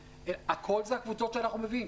הכול זה הקבוצות שאנחנו מביאים.